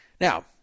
Now